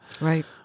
Right